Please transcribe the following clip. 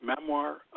Memoir